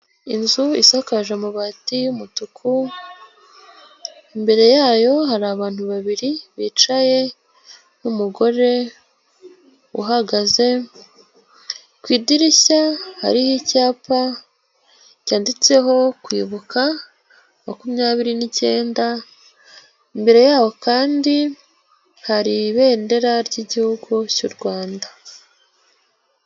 Inzu isakaje amabati y'umutuku, imbere yayo hari abantu babiri bicaye, umugore uhagaze, ku idirishya hariho icyapa cyanditseho kwibuka makumyabiri nicyenda, mbere yaho kandi hari ibendera ry'igihugu cy'u rwanda.